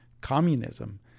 communism